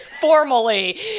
formally